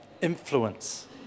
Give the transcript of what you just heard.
influence